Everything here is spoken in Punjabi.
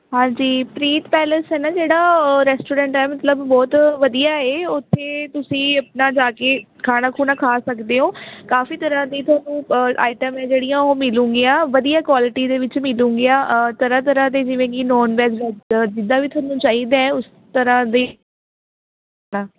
ਹਾਂਜੀ ਪ੍ਰੀਤ ਪੈਲਸ ਹੈ ਨਾ ਜਿਹੜਾ ਉਹ ਰੈਸਟੋਰੈਂਟ ਹੈ ਮਤਲਬ ਬਹੁਤ ਵਧੀਆ ਏ ਉੱਥੇ ਤੁਸੀਂ ਆਪਣਾ ਜਾ ਕੇ ਖਾਣਾ ਖੂਣਾ ਖਾ ਸਕਦੇ ਹੋ ਕਾਫੀ ਤਰ੍ਹਾਂ ਦੀ ਤੁਹਾਨੂੰ ਆਈਟਮ ਹੈ ਜਿਹੜੀਆਂ ਉਹ ਮਿਲੂਗੀਆਂ ਵਧੀਆ ਕੁਆਲਿਟੀ ਦੇ ਵਿੱਚ ਮਿਲੂਗੀਆਂ ਤਰ੍ਹਾਂ ਤਰ੍ਹਾਂ ਦੇ ਜਿਵੇਂ ਕਿ ਨੋਨ ਵੈਜ ਜਿੱਦਾਂ ਵੀ ਤੁਹਾਨੂੰ ਚਾਹੀਦਾ ਉਸ ਤਰ੍ਹਾਂ ਦੇ